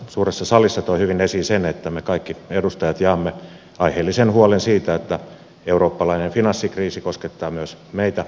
suuressa salissa on hyvin esiin sen että me kaikki edustajat jaamme aiheellisen huolen siitä että eurooppalainen finanssikriisi koskettaa myös meitä